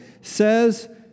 says